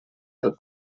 del